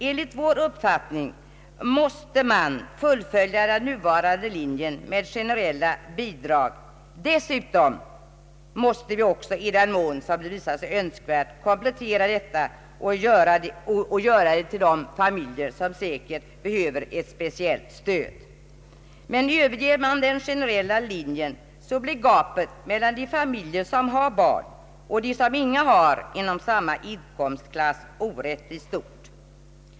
Enligt vår uppfattning bör den nuvarande linjen med generella bidrag fullföljas. Dessutom måste vi också i den mån som det har visat sig önskvärt komplettera detta med bidrag till de familjer som säkert behöver ett speciellt stöd. Överger man den generella linjen, blir gapet mellan de familjer som har barn och de som inga har inom samma inkomstklass orättvist stort.